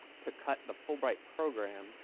to cut the fulbright program.